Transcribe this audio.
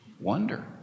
Wonder